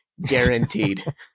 guaranteed